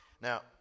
Now